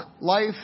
life